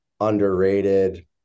underrated